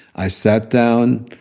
i sat down,